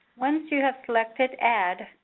once you have selected add,